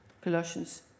Colossians